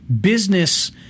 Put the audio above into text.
business